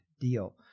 deal